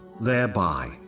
thereby